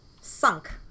sunk